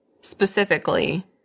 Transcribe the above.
specifically